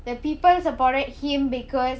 the people supported him because